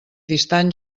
distant